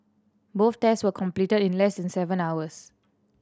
both tests were completed in less than seven hours